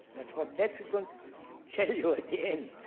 that is what death is going to tell you at the end.